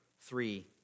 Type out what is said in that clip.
three